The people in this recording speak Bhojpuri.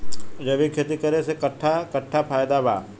जैविक खेती करे से कट्ठा कट्ठा फायदा बा?